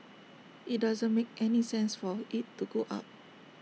IT doesn't make any sense for IT to go up